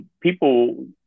people